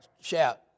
shout